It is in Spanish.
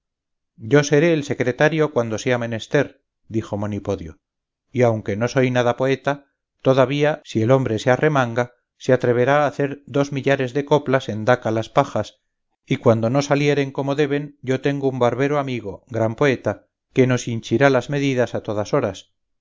yo seré el secretario cuando sea menester dijo monipodio y aunque no soy nada poeta todavía si el hombre se arremanga se atreverá a hacer dos millares de coplas en daca las pajas y cuando no salieren como deben yo tengo un barbero amigo gran poeta que nos hinchirá las medidas a todas horas